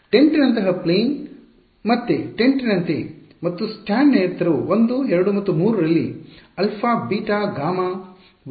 ಟೆಂಟ್ನಂತಹ plane ಮತ್ತೆ ಟೆಂಟ್ನಂತೆ ಮತ್ತು ಸ್ಟ್ಯಾಂಡ್ನ ಎತ್ತರವು 1 2 ಮತ್ತು 3 ರಲ್ಲಿ ಆಲ್ಫಾ ಬೀಟಾ ಗಾಮಾ ವಾಗಿದೆ